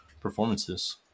performances